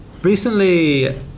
Recently